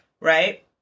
Right